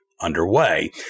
underway